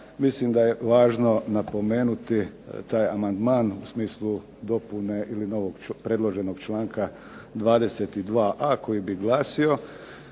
mislim da je važno napomenuti taj amandman u smislu dopune ili predloženog članka 22.a koji bi glasio,